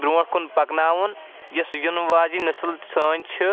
برونٛٹھ کُن پَکناوُن یُس یِنہٕ واجٮ۪ن نٔسٕل سٲنۍ چھِ